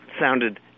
sounded